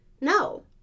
No